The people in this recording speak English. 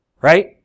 Right